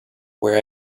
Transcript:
where